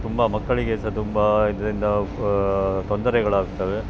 ತುಂಬ ಮಕ್ಕಳಿಗೆ ಸಹ ತುಂಬ ಇದರಿಂದ ತೊಂದರೆಗಳಾಗ್ತವೆ